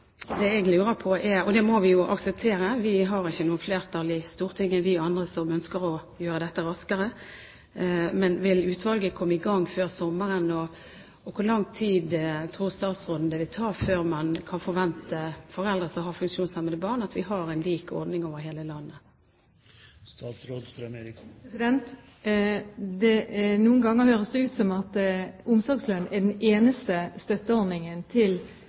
det må vi jo akseptere. Vi har ikke noe flertall i Stortinget, vi andre som ønsker å gjøre dette raskere. Vil utvalget komme i gang før sommeren, og hvor lang tid tror statsråden det vil ta før foreldre som har funksjonshemmede barn, kan forvente at vi har en lik ordning over hele landet? Noen ganger høres det ut som om omsorgslønn er den eneste støtteordningen til